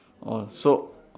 orh so